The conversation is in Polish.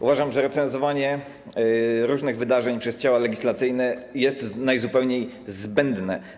Uważam, że recenzowanie różnych wydarzeń przez ciała legislacyjne jest najzupełniej zbędne.